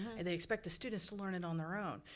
and they expect the students to learn it on their own.